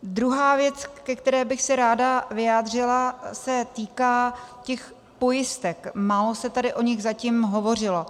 Druhá věc, ke které bych se ráda vyjádřila, se týká těch pojistek, málo se tady o nich zatím hovořilo.